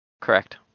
Correct